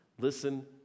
Listen